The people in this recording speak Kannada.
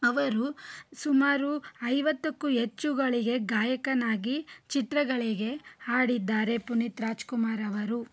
ಅವರು ಸುಮಾರು ಐವತ್ತಕ್ಕೂ ಹೆಚ್ಚುಗಳಿಗೆ ಗಾಯಕನಾಗಿ ಚಿತ್ರಗಳಿಗೆ ಹಾಡಿದ್ದಾರೆ ಪುನೀತ್ ರಾಜ್ಕುಮಾರವರು